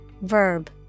Verb